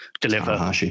deliver